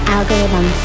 Algorithm